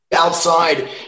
outside